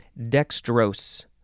Dextrose